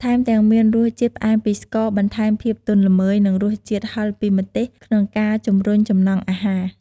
ថែមទាំងមានរសជាតិផ្អែមពីស្ករ បន្ថែមភាពទន់ល្មើយ និងរសជាតិហឹរពីម្ទេស ក្នុងការជំរុញចំណង់អាហារ។